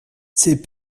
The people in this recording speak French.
c’est